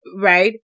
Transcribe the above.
right